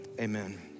amen